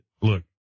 look